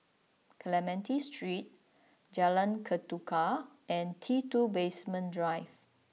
Clementi Street Jalan Ketuka and T Two Basement Drive